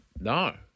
No